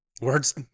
Words